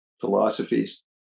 philosophies